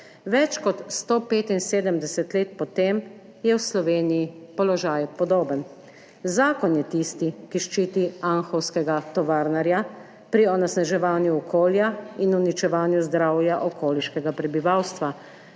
Več kot 175 let po tem je v Sloveniji položaj podoben. Zakon je tisti, ki ščiti anhovskega tovarnarja pri onesnaževanju okolja in uničevanju zdravja okoliškega prebivalstva.